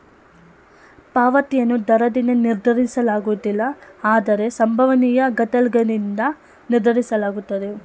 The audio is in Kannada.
ಪಾವತಿಯನ್ನು ದರದಿಂದ ನಿರ್ಧರಿಸಲಾಗುವುದಿಲ್ಲ ಆದ್ರೆ ಸಂಭವನೀಯ ಘಟನ್ಗಳಿಂದ ನಿರ್ಧರಿಸಲಾಗುತ್ತೆ